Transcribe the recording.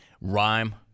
rhyme